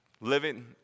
living